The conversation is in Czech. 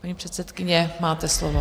Paní předsedkyně, máte slovo.